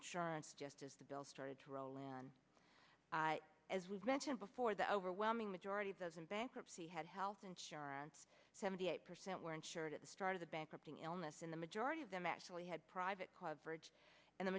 insurance just as the bills started to roll in as we've mentioned before the overwhelming majority of those in bankruptcy had health insurance seventy eight percent were insured at the start of the bankrupting illness in the majority of them actually had private club bridge and the